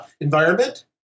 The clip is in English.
environment